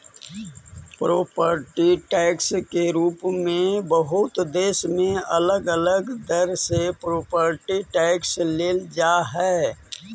property tax के रूप में बहुते देश में अलग अलग दर से प्रॉपर्टी टैक्स लेल जा हई